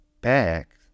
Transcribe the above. back